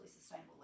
sustainable